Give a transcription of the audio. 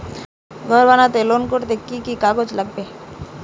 ঘর বানাতে লোন করতে কি কি কাগজ লাগবে?